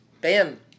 BAM